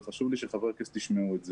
וחשוב לי שחברי הכנסת ישמעו את זה,